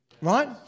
Right